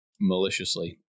maliciously